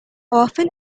often